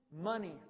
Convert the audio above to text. money